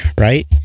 right